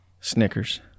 Snickers